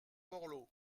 borloo